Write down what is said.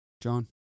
John